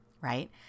right